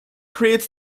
creates